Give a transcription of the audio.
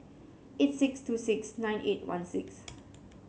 eight six two six nine eight one six